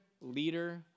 leader